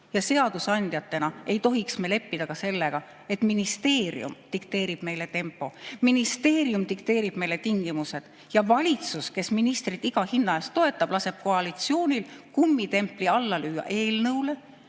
Ja seadusandjatena ei tohiks me leppida ka sellega, et ministeerium dikteerib meile tempo, ministeerium dikteerib meile tingimused ja valitsus, kes ministreid iga hinna eest toetab, laseb koalitsioonil kummitempli alla lüüa eelnõule,